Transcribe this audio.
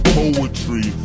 poetry